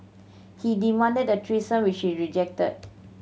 he demanded a threesome which she rejected